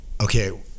Okay